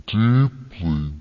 deeply